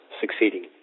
succeeding